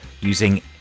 using